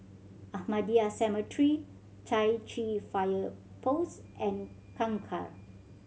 Ahmadiyya Cemetery Chai Chee Fire Post and Kangkar